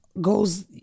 goes